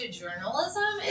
journalism